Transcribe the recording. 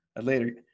later